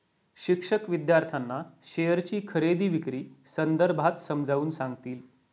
शिक्षक विद्यार्थ्यांना शेअरची खरेदी विक्री संदर्भात समजावून सांगतील